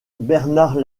bernard